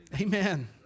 Amen